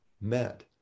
met